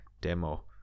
demo